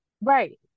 right